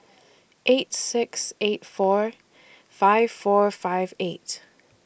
eight six eight four five four five eight